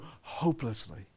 hopelessly